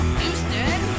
Houston